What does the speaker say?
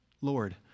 Lord